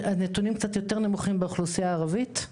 הנתונים קצת יותר נמוכים באוכלוסייה הערבית,